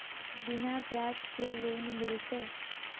बिना ब्याज के लोन मिलते?